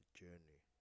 journey